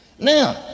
Now